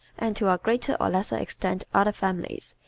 and to a greater or lesser extent other families,